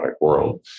world